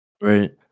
Right